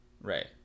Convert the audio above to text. Right